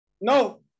No